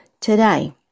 today